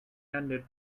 ended